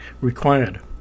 required